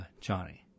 Johnny